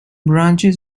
branches